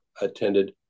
attended